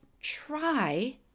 try